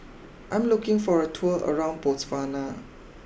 I'm looking for a tour around Botswana